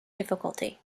difficulty